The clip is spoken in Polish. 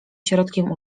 środkiem